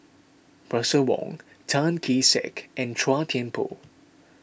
Russel Wong Tan Kee Sek and Chua Thian Poh